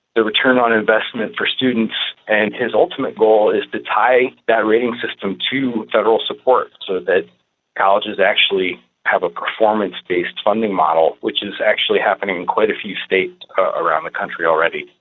the return on investment for students, and his ultimate goal is to tie that rating system to federal support so that colleges actually have a performance-based funding model, which is actually happening in quite a few states around the country already.